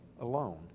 alone